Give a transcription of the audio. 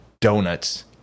donuts